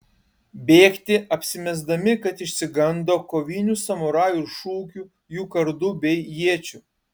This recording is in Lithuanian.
bėgti apsimesdami kad išsigando kovinių samurajų šūkių jų kardų bei iečių